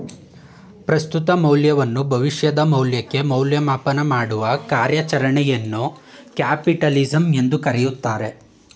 ಪ್ರಸ್ತುತ ಮೌಲ್ಯವನ್ನು ಭವಿಷ್ಯದ ಮೌಲ್ಯಕ್ಕೆ ಮೌಲ್ಯಮಾಪನ ಮಾಡುವ ಕಾರ್ಯಚರಣೆಯನ್ನು ಕ್ಯಾಪಿಟಲಿಸಂ ಎಂದು ಕರೆಯುತ್ತಾರೆ